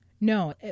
No